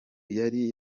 yari